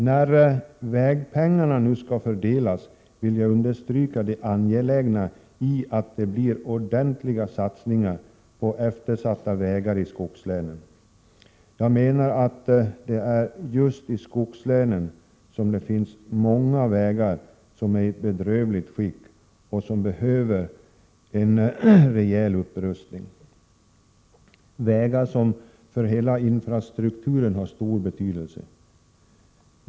När vägpengarna nu skall fördelas vill jag understryka det angelägna i att det blir ordentliga satsningar på eftersatta vägar i skogslänen. Jag menar att det just i skogslänen finns många vägar som är i ett bedrövligt skick och som behöver en rejäl upprustning. Det är vägar som för hela infrastrukturen har stor betydelse.